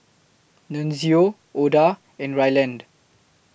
Nunzio Oda and Ryland